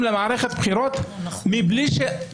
כל יום הליכוד עולה בעוד מנדט ועוד מנדט.